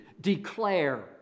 declare